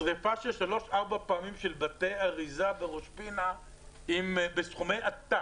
שריפה שלוש-ארבע פעמים של בתי אריזה בראש פינה בסכומי עתק,